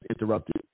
interrupted